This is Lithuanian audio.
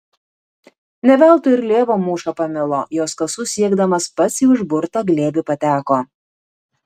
ne veltui ir lėvuo mūšą pamilo jos kasų siekdamas pats į užburtą glėbį pateko